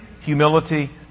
humility